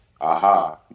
aha